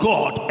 God